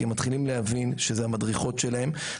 כי הם מתחילים להבין שזה המדריכות שלהם.